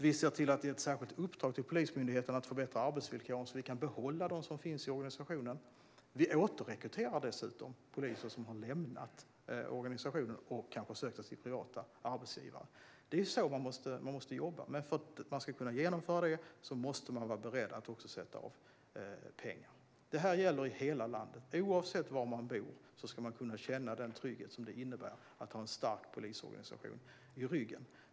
Vi ser till att ge ett särskilt uppdrag till Polismyndigheten att förbättra arbetsvillkoren så att vi kan behålla dem som finns i organisationen. Vi återrekryterar dessutom poliser som har lämnat organisationen och kanske sökt sig till privata arbetsgivare. Det är så man måste jobba. Men för att kunna genomföra det måste man också vara beredd att sätta av pengar. Det här gäller i hela landet. Oavsett var man bor ska man kunna känna den trygghet som det innebär att ha en stark polisorganisation i ryggen.